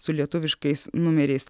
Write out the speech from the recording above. su lietuviškais numeriais